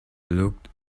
looked